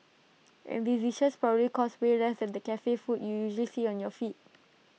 and these dishes probably cost way less than the Cafe food you usually see on your feed